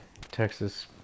Texas